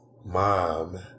mom